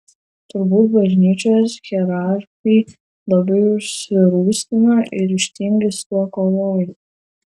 turbūt bažnyčios hierarchai labai užsirūstino ir ryžtingai su tuo kovoja